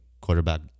quarterback